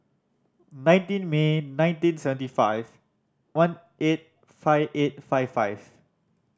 nineteen May nineteen seventy five one eight five eight five five